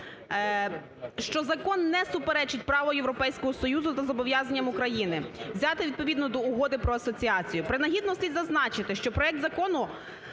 що закон не суперечить право Європейського Союзу та зобов'язанням України, взяти відповідно до Угоди про асоціацію. Принагідно, слід зазначити, що проект закону